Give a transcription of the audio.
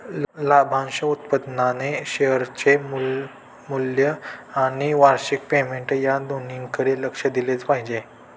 लाभांश उत्पन्नाने शेअरचे मूळ मूल्य आणि वार्षिक पेमेंट या दोन्हीकडे लक्ष दिले पाहिजे